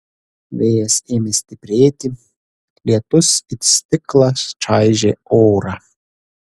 vėjas ėmė stiprėti lietus it stiklą čaižė orą